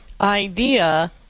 idea